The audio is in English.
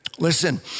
Listen